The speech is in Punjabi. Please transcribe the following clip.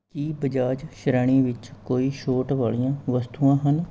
ਕੀ ਬਜਾਜ ਸ਼੍ਰੇਣੀ ਵਿੱਚ ਕੋਈ ਛੋਟ ਵਾਲੀਆਂ ਵਸਤੂਆਂ ਹਨ